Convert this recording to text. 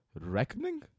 reckoning